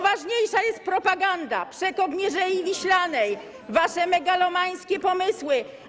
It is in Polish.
Ważniejsza jest propaganda, przekop Mierzei Wiślanej i wasze megalomańskie pomysły.